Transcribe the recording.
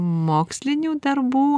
mokslinių darbų